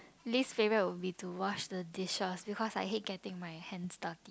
least favourite will be to wash the dishes because I hate getting my hands dirty